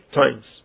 times